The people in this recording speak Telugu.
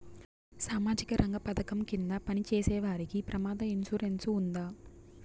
సామాజిక రంగ పథకం కింద పని చేసేవారికి ప్రమాద ఇన్సూరెన్సు ఉందా?